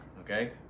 okay